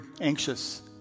anxious